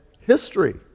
history